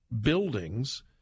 buildings